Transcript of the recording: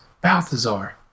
Balthazar